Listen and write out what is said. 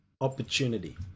opportunity